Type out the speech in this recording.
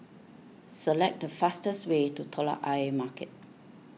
select the fastest way to Telok Ayer Market